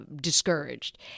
discouraged